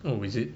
oh is it